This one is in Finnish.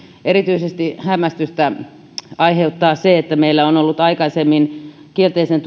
erityisesti hämmästystä aiheuttaa se että meillä on ollut aikaisemmin kielteisen